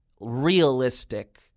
realistic